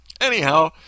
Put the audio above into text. Anyhow